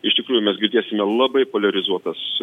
iš tikrųjų mes girdėsime labai poliarizuotas